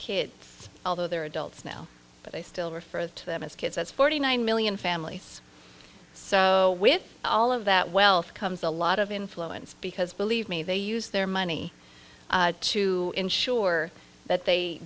kids although they're adults now but they still refer to them as kids that's forty nine million families so with all of that wealth comes a lot of influence because believe me they use their money to ensure that they